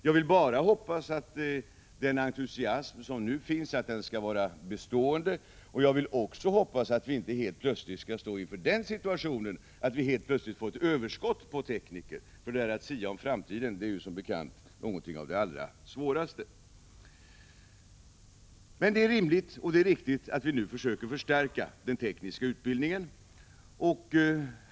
Jag hoppas bara att den entusiasm som nu finns skall bestå och att vi inte helt plötsligt skall behöva finna att det blir överskott på tekniker. Att sia om framtiden är som bekant något av det allra svåraste. Det är rimligt och riktigt att vi nu försöker förstärka den tekniska utbildningen.